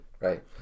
right